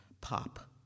pop